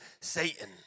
Satan